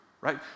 right